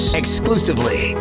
exclusively